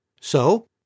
So